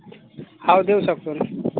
हो देऊ शकतो ना